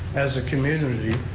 as a community,